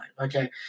okay